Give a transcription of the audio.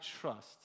trust